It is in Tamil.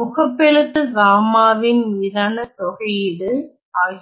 முகப்பெழுத்து காமாவின் மீதான தொகையீடு ஆகியவை